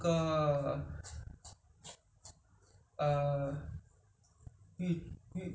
oh radish mm you want you want to you mean you mean for the nasi lemak